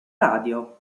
radio